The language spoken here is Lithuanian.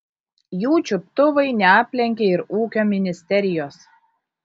jų čiuptuvai neaplenkė ir ūkio ministerijos